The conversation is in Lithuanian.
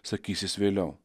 sakys is vėliau